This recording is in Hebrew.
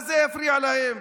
מה זה יפריע להם?